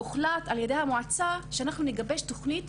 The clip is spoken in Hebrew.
הוחלט על ידי המועצה שאנחנו נגבש תוכנית